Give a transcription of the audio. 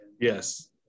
Yes